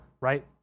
right